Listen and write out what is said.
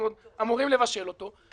אנחנו עוד אמורים לבשל אותו.